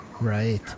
Right